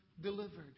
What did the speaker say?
delivered